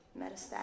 metastatic